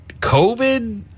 COVID